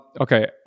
Okay